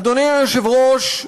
אדוני היושב-ראש,